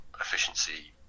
efficiency